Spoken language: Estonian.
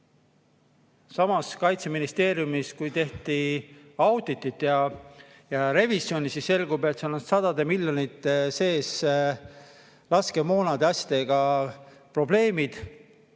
Samas, kui Kaitseministeeriumis tehti auditit ja revisjoni, siis selgus, et seal on sadade miljonite sees laskemoona asjadega probleemid.